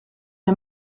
est